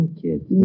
kids